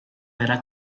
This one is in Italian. era